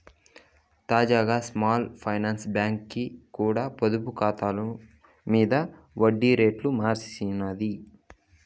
తాజాగా small finance బాంకీ కూడా పొదుపు కాతాల మింద ఒడ్డి రేట్లు మార్సినాది